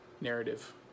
narrative